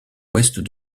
ouest